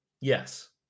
yes